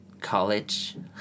College